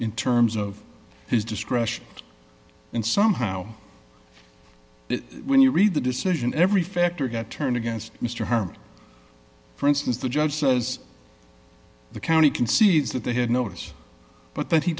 in terms of his discretion and somehow when you read the decision every factor got turned against mr herman for instance the judge says the county concedes that they had no choice but that he